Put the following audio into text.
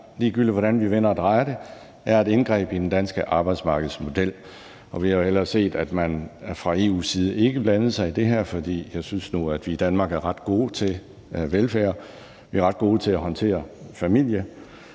ligegyldigt hvordan vi vender og drejer det, er det et indgreb i den danske arbejdsmarkedsmodel. Vi havde hellere set, at man fra EU's side ikke blandede sig i det her, for jeg synes jo, at vi i Danmark er ret gode til velfærd. Vi er ret gode til at håndtere familie,